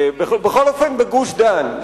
בכל אופן בגוש-דן.